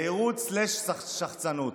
יהירות/שחצנות.